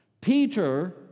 Peter